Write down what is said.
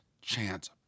chance